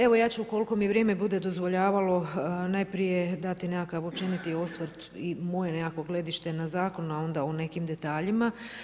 Evo, ja ću ukoliko mi vrijeme bude dozvoljavalo, najprije, dati nekakav općeniti osvrt i moje nekakvo gledište na zakon, a onda o nekim detaljima.